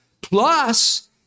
Plus